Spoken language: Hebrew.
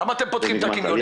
למה אתם פותחים את הקניונים?